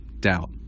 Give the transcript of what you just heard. doubt